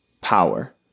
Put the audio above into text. power